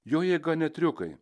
jo jėga ne triukai